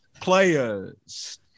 players